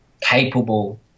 capable